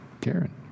Karen